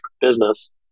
business